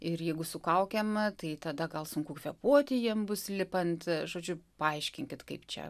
ir jeigu su kaukėm tai tada gal sunku kvėpuoti jiem bus lipant žodžiu paaiškinkit kaip čia